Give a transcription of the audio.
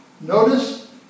Notice